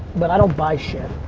but i don't buy shit.